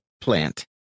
plant